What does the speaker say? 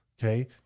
okay